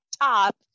top